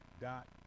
dot